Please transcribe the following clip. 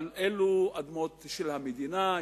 אלו אדמות של המדינה.